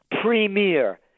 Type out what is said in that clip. premier